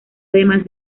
además